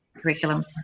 curriculums